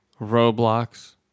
Roblox